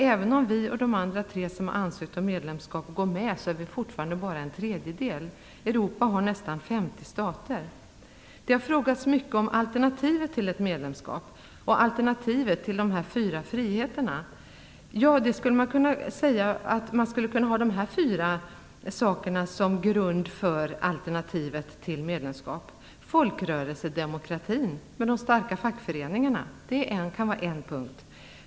Även om Sverige och de andra tre länder som ansökt om medlemskap går med är det fortfarande bara en tredjedel. Europa har nästan 50 stater. Det har frågats mycket om alternativet till ett medlemskap och de fyra friheterna. Man skulle enligt min mening kunna ha följande fyra saker som grund för alternativet till ett medlemskap. Folkrörelsedemokratin och de starka fackföreningarna kan vara en punkt.